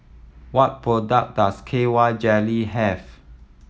what products does K Y Jelly have